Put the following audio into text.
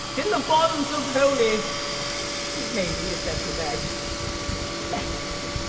in the bonds of holy maybe, if that's your bag matrimony.